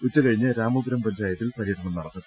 ഉച്ചകഴിഞ്ഞ് രാമപുരം പഞ്ചായത്തിൽ പര്യടനം നടത്തും